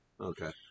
Okay